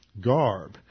garb